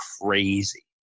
crazy